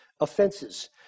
Offenses